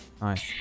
Nice